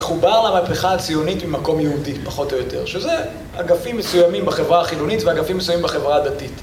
חובר למהפכה הציונית ממקום יהודי, פחות או יותר, שזה אגפים מסוימים בחברה החילונית ואגפים מסוימים בחברה הדתית.